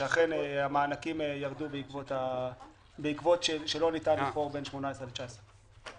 שאכן המענקים ירדו בעקבות זה שלא ניתן לבחור בין 18' ל-19'.